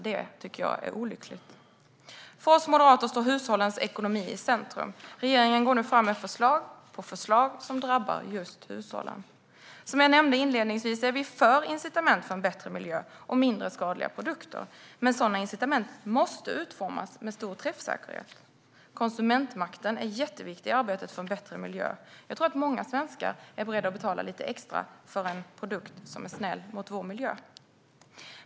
Det tycker jag är olyckligt. För oss moderater står hushållens ekonomi i centrum. Regeringen går nu fram med förslag på förslag som drabbar just hushållen. Som jag nämnde inledningsvis är vi för incitament för en bättre miljö och mindre skadliga produkter. Men sådana incitament måste utformas med stor träffsäkerhet. Konsumentmakten är jätteviktig i arbetet för en bättre miljö. Jag tror att många svenskar är beredda att betala lite extra för en produkt som är snäll mot vår miljö.